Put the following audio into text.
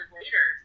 later